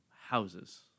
houses